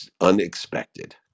unexpected